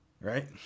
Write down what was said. Right